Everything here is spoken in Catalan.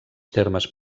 termes